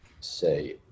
say